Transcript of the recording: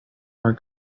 our